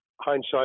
Hindsight